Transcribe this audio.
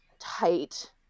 tight